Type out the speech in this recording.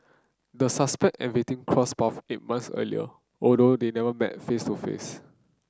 the suspect and victim crossed path eight months earlier although they never met face to face